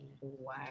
Wow